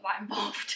involved